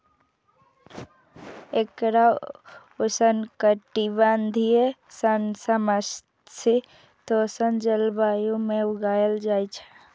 एकरा उष्णकटिबंधीय सं समशीतोष्ण जलवायु मे उगायल जाइ छै